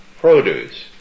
produce